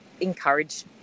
encourage